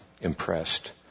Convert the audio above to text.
impressed